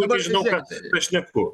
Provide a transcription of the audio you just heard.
dabar žinau kad aš šneku